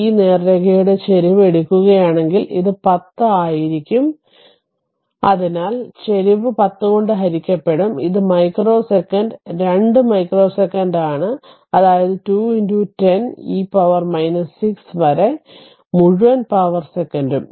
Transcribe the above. ഈ നേർരേഖയുടെ ചരിവ് എടുക്കുകയാണെങ്കിൽ ഇത് 10 ആയിരിക്കും ഇത് 10 ആണ് അതിനാൽ ചരിവ് 10 കൊണ്ട് ഹരിക്കപ്പെടും ഇത് മൈക്രോ സെക്കൻഡ് 2 മൈക്രോ സെക്കന്റ് ആണ് അതായത് 2 10 eപവർ 6 വരെ മുഴുവൻ പവർ സെക്കൻഡും